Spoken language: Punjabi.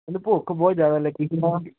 ਮੈਨੂੰ ਭੁੱਖ ਬਹੁਤ ਜਿਆਦਾ ਲੱਗੀ